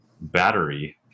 Battery